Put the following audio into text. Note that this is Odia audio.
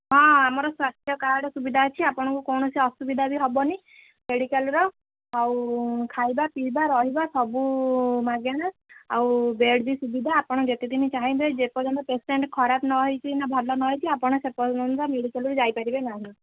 ହଁ ଆମର ସ୍ୱାସ୍ଥ୍ୟ କାର୍ଡ଼ ସୁବିଧା ଅଛି ଆପଣଙ୍କୁ କୌଣସି ଅସୁବିଧା ବି ହେବନି ମେଡ଼ିକାଲ୍ର ଆଉ ଖାଇବା ପିଇବା ରହିବା ସବୁ ମାଗେଣା ଆଉ ବେଡ଼୍ ବି ସୁବିଧା ଆପଣ ଯେତେଦିନ ଚାହିଁବେ ଯେପର୍ଯ୍ୟନ୍ତ ପେସେଣ୍ଟ ଖରାପ ନ ହୋଇଛି ନା ଭଲ ନ ହୋଇଛି ଆପଣ ସେ ପର୍ଯ୍ୟନ୍ତ ମେଡ଼ିକାଲ୍ ବି ଯାଇପାରିବେ ନାହିଁ